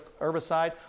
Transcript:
herbicide